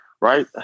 Right